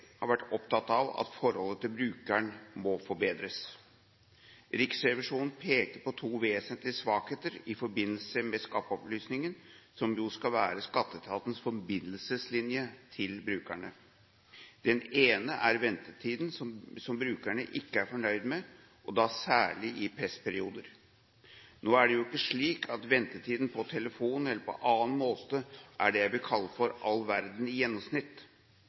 har vært opptatt av at forholdet til brukeren må forbedres. Riksrevisjonen peker på to vesentlige svakheter i forbindelse med Skatteopplysningen som jo skal være skatteetatens forbindelseslinje til brukerne. Den ene er ventetiden, som brukerne ikke er fornøyde med, og da særlig i pressperioder. Nå er det ikke slik at ventetiden på telefon eller på annen måte er det jeg vil kalle for all verden i gjennomsnitt,